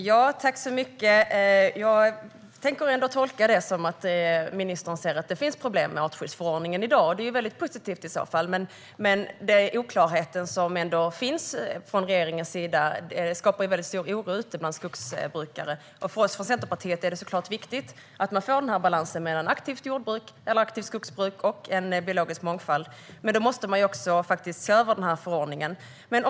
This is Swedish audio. Herr talman! Jag tolkar det som att ministern ser att det i dag finns problem med artskyddsförordningen. Det är i så fall väldigt positivt. Men den oklarhet som ändå finns från regeringens sida skapar en väldigt stor oro bland skogsbrukare. För oss i Centerpartiet är det såklart viktigt att man får den här balansen mellan aktivt skogsbruk och biologisk mångfald. Men då måste man faktiskt också se över förordningen.